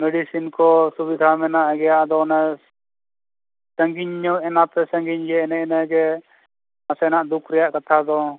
medicine ᱠᱚ ᱥᱩᱵᱤᱫᱷᱟ ᱢᱮᱱᱟᱜ ᱜᱮᱭᱟ ᱟᱫᱚ ᱚᱱᱮ ᱥᱟᱺᱜᱤᱧ ᱧᱚᱜ ᱮᱱᱟᱯᱮ ᱥᱟᱺᱜᱤᱧ ᱜᱮ ᱮᱱᱮ ᱤᱱᱟᱹ ᱜᱮ ᱱᱟᱥᱮᱱᱟᱜ ᱫᱩᱠ ᱨᱮᱭᱟᱜ ᱠᱟᱛᱷᱟ ᱫᱚ